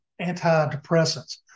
antidepressants